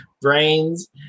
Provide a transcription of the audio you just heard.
brains